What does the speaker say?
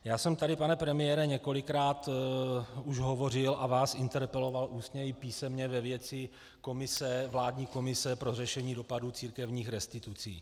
Já jsem tady, pane premiére, několikrát už hovořil a vás interpeloval ústně i písemně ve věci vládní komise pro řešení dopadů církevních restitucí.